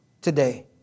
today